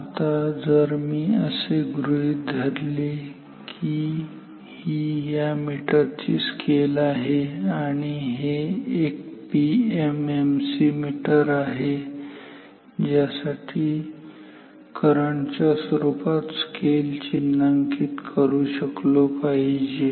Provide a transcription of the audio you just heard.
आता जर मी असे गृहीत धरले की ही या मीटरची स्केल आहे आणि हे एक पीएमएमसी मीटर आहे ज्यासाठी मी करंट च्या स्वरूपात स्केल चिन्हांकित करू शकलो पाहिजे